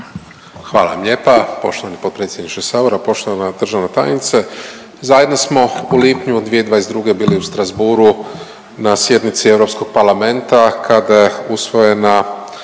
Hvala lijepa. Poštovani potpredsjedniče sabora. Poštovana državna tajnice, zajedno smo u lipnju '22. bili u Strasbourgu na sjednici Europskog parlamenta kada je usvojena